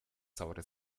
saure